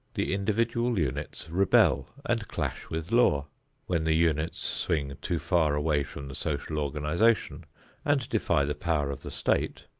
the individual units rebel and clash with law when the units swing too far away from the social organization and defy the power of the state,